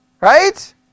Right